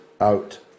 out